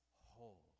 whole